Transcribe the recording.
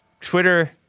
Twitter